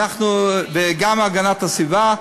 וגם הגנת הסביבה.